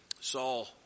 Saul